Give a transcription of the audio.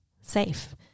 safe